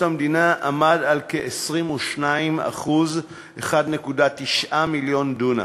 המדינה עמד על כ-22% 1.9 מיליון דונם.